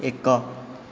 ଏକ